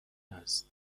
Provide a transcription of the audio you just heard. است